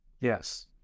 Yes